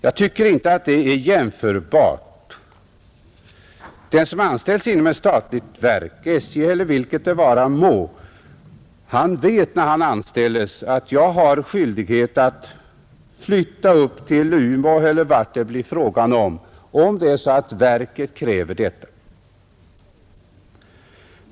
Jag tycker inte att det är jämförbart. Den som anställes inom ett statligt verk som SJ eller andra, vet när han anställs att han har skyldighet att flytta upp till Umeå eller vart det nu gäller, om verket kräver detta.